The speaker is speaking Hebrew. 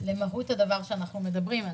על מהות הדבר שעליו אנחנו מדברים.